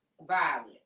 violent